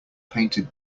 painted